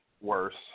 Worse